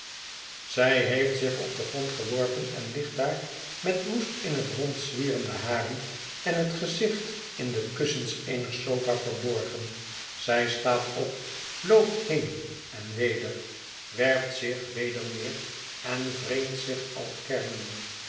zij heeft zich op den grond geworpen en ligt daar met woest in het rond zwierende haren en het gezicht in de kussens eener sofa verborgen zij staat op loopt heen en weder werpt zich weder neer en wringt zich al kermende